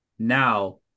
Now